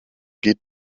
geht